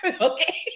Okay